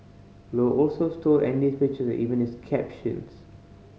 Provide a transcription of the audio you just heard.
Low also stole Andy's pictures and even his captions